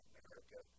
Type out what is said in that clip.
America